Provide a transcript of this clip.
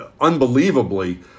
unbelievably